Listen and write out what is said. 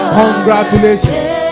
congratulations